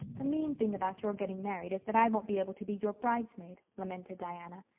the mean thing about your getting married is that i won't be able to be your bridesmaid, lamented diana.